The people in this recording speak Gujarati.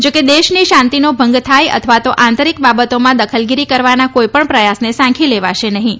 જોકે દેશની શાંતિનો ભંગ થાય અથવા તો આંતરિક બાબતોમાં દખલગીરી કરવાના કોઈપણ પ્રયાસને સાંખી લેવાશે નહીં